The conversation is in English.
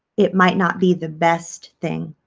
it might not be the best thing